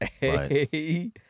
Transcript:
Hey